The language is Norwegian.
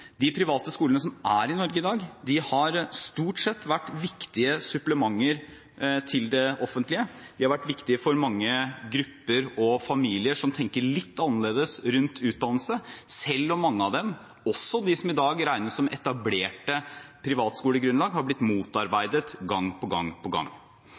De private skolene som er i Norge i dag, har stort sett vært viktige supplementer til det offentlige. De har vært viktige for mange grupper og familier som tenker litt annerledes rundt utdannelse, selv om mange av dem, også de som i dag regnes som etablerte privatskolegrunnlag, har blitt motarbeidet gang på gang.